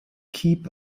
keep